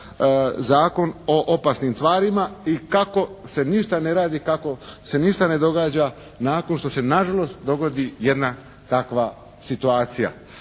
Zakon o opasnim tvarima i kako se ništa ne radi, kako se ništa ne događa nakon što se na žalost dogodi jedna takva situacija.